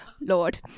lord